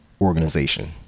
organization